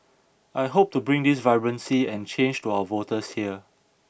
I hope to bring this vibrancy and change to our voters here